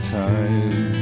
time